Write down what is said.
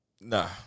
Nah